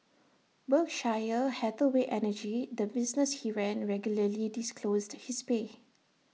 Berkshire Hathaway energy the business he ran regularly disclosed his pay